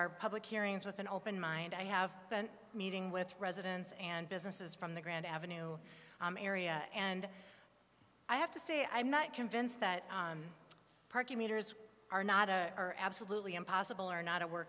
public hearings with an open mind i have been meeting with residents and businesses from the grand avenue area and i have to say i'm not convinced that parking meters are not are absolutely impossible are not a